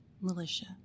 militia